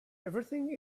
everything